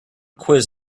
quiz